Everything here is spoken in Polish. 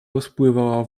rozpływała